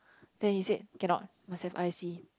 then he say cannot must have i_c